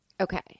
Okay